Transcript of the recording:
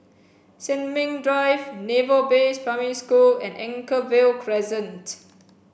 Sin Ming Drive Naval Base Primary School and Anchorvale Crescent